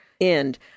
end